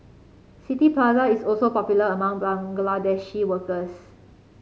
City Plaza is also popular among Bangladeshi workers